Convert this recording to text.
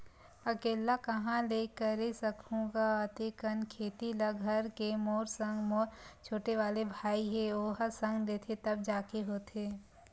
अकेल्ला काँहा ले करे सकहूं गा अते कन खेती ल घर के मोर संग मोर छोटे वाले भाई हे ओहा संग देथे तब जाके होथे